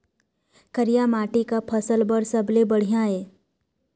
करिया माटी का फसल बर सबले बढ़िया ये?